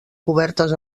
cobertes